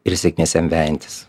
ir sėkmės jam vejantis